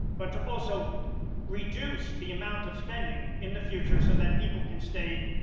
but to also reduce the amount of spending in the future so that people can stay,